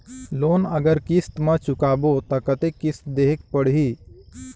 Loan अगर किस्त म चुकाबो तो कतेक किस्त देहेक पढ़ही?